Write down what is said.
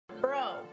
Bro